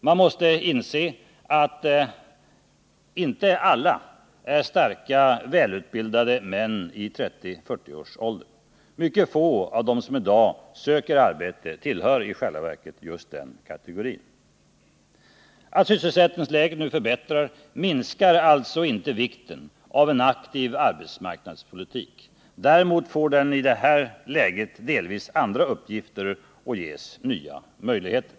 Man måste inse att inte alla är starka, välutbildade män i 30-40-årsåldern. Mycket få av dem som i dag söker arbete tillhör i själva verket just den kategorin. Att sysselsättningsläget nu förbättrats minskar alltså inte vikten av en aktiv arbetsmarknadspolitik. Däremot får den i det här läget delvis andra uppgifter och ges nya möjligheter.